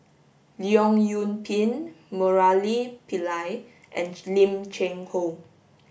Leong Yoon Pin Murali Pillai and Lim Cheng Hoe